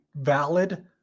valid